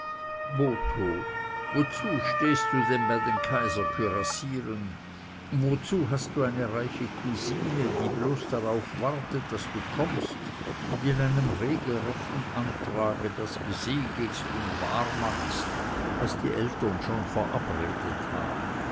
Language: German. wozu stehst du bei den kaiserkürassieren und wozu hast du eine reiche cousine die bloß darauf wartet daß du kommst und in einem regelrechten antrage das besiegelst und wahr machst was die eltern schon verabredet haben